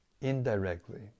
indirectly